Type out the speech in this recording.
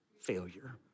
failure